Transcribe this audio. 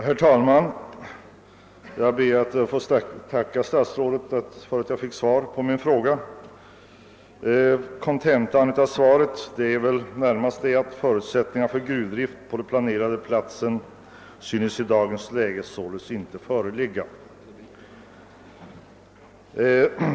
Herr talman! Jag ber att få tacka statsrådet för att jag fick svar på min fråga. Kontentan av svaret är väl närmast att förutsättningar för gruvdrift på den planerade platsen i dagens läge inte synes föreligga.